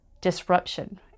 disruption